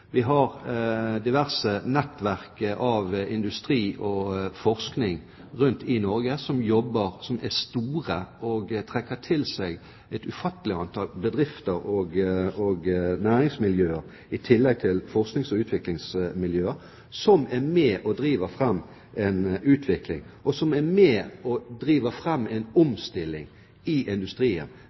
Vi har diverse nettverk av industri og forskning rundt i Norge som jobber med dette, som er store og trekker til seg et ufattelig antall bedrifter og næringsmiljøer i tillegg til forsknings- og utviklingsmiljøer, som er med og driver fram utviklingen, og som er med og driver fram en omstilling i industrien